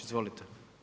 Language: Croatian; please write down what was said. Izvolite.